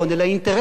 שיקול עסקי,